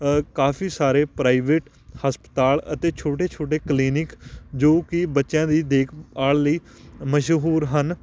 ਕਾਫੀ ਸਾਰੇ ਪ੍ਰਾਈਵੇਟ ਹਸਪਤਾਲ ਅਤੇ ਛੋਟੇ ਛੋਟੇ ਕਲੀਨਿਕ ਜੋ ਕਿ ਬੱਚਿਆਂ ਦੀ ਦੇਖਭਾਲ ਲਈ ਮਸ਼ਹੂਰ ਹਨ